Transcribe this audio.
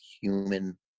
human